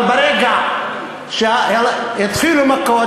אבל ברגע שהתחילו מכות,